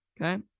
Okay